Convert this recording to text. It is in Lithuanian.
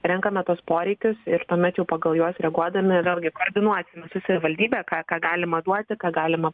renkame tuos poreikius ir tuomet jau pagal juos reaguodami vėlgi koordinuosim su savivaldybe ką ką galima duoti ką galima